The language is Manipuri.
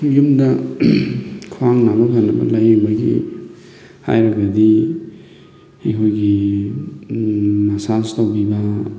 ꯌꯨꯝꯗ ꯈ꯭ꯋꯥꯡ ꯅꯥꯕ ꯐꯅꯕ ꯂꯥꯏꯌꯦꯡꯕꯒꯤ ꯍꯥꯏꯔꯒꯗꯤ ꯑꯩꯈꯣꯏꯒꯤ ꯃꯁꯥꯁ ꯇꯧꯕꯤꯕ